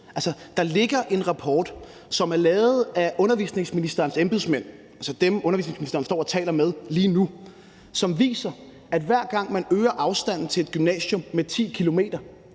Der ligger en rapport, som er lavet af undervisningsministerens embedsmænd – altså dem, undervisningsministeren står og taler med lige nu – som viser, at hver gang man øger afstanden til et gymnasium med 10 km,